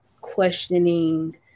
questioning